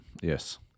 yes